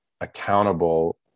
accountable